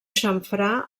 xamfrà